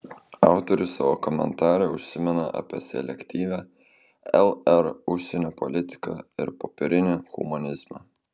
autorius savo komentare užsimena apie selektyvią lr užsienio politiką ir popierinį humanizmą